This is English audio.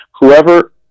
Whoever